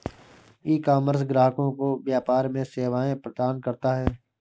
ecommerce ग्राहकों को व्यापार में सेवाएं प्रदान करता है